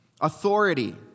authority